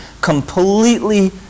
completely